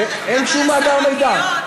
ואין שום מאגר מידע.